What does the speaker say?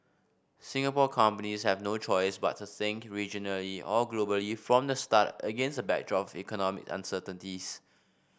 Singapore companies have no choice but to think regionally or globally from the start against a backdrop of economic uncertainties